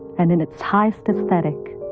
and in its highest aesthetic,